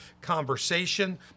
conversation